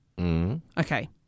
Okay